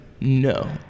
No